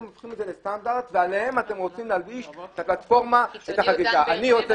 הופכים את זה לסטנדרט ועליהם אתם רוצים להלביש את הפלטפורמה ואת החקיקה.